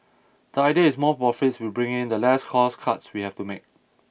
the idea is more profits we bring in the less cost cuts we have to make